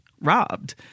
robbed